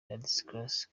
ladislas